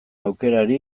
aukerari